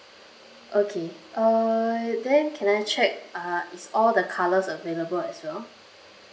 okay err then can I check uh it's all the colours available as well